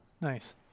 nice